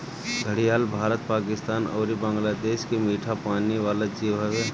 घड़ियाल भारत, पाकिस्तान अउरी बांग्लादेश के मीठा पानी वाला जीव हवे